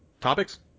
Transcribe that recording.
Topics